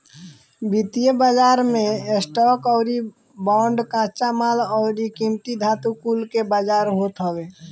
वित्तीय बाजार मे स्टॉक अउरी बांड, कच्चा माल अउरी कीमती धातु कुल के बाजार होत हवे